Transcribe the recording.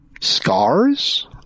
scars